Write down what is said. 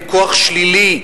היא כוח שלילי,